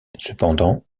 cependant